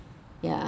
ya